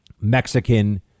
Mexican